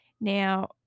now